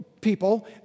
people